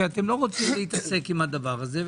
שאינכם רוצים להתעסק בזה?